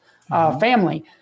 family